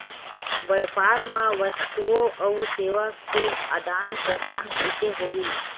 व्यापार मा वस्तुओ अउ सेवा के आदान प्रदान कइसे होही?